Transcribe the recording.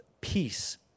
peace